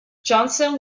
johnson